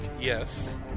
Yes